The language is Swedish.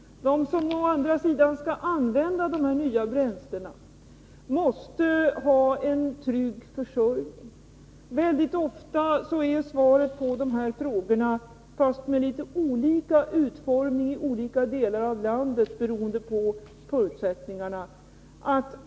De som å andra sidan skall använda dessa nya bränslen måste ha en trygg försörjning. Väldigt ofta är lösningen på dessa problem och svaret på dessa frågor — fastän med litet olika utformning i olika delar av landet, beroende på förutsättningarna — samarbete.